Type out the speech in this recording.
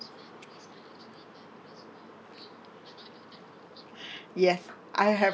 yes I have